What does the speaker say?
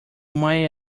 might